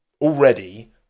already